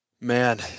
man